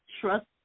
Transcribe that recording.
Trust